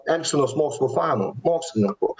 elgsenos mokslų fanu mokslininku